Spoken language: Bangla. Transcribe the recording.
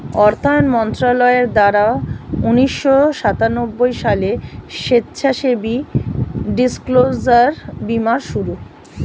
অর্থায়ন মন্ত্রণালয়ের দ্বারা উন্নিশো সাতানব্বই সালে স্বেচ্ছাসেবী ডিসক্লোজার বীমার শুরু